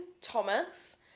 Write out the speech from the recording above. thomas